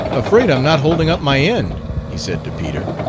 afraid i'm not holding up my end, he said to peter.